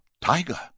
tiger